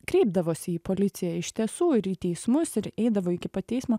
kreipdavosi į policiją iš tiesų ir į teismus ir eidavo iki pat teismo